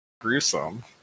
gruesome